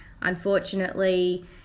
Unfortunately